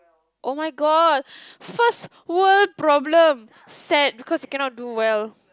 oh-my-god first world problem sad because you cannot do well